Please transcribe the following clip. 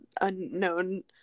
unknown